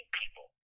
people